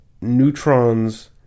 neutrons